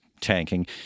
tanking